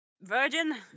virgin